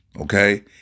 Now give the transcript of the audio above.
Okay